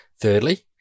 Thirdly